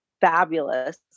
fabulous